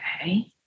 Okay